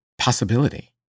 possibility